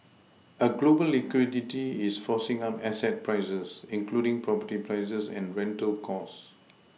a global liquidity is forcing up asset prices including property prices and rental costs